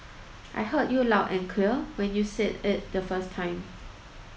I heard you loud and clear when you said it the first time